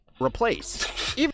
replace